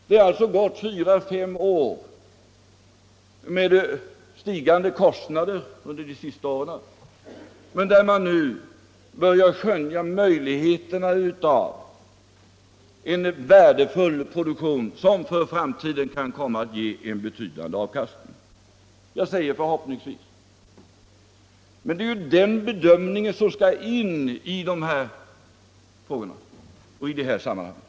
Det har alltså gått fyra fem år, med stigande kostnader under de senaste åren, men nu börjar man skönja möjligheterna till en värdefull produktion som för framtiden kan komma att ge en betydande avkastning. Jag säger förhoppningsvis. Det är den bedömningen som skall göras i dessa sammanhang.